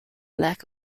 leg